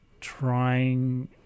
trying